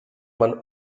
man